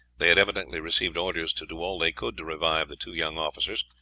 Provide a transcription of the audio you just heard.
they had evidently received orders to do all they could to revive the two young officers,